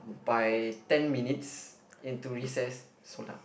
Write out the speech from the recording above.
by ten minutes into recess sold out